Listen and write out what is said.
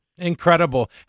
Incredible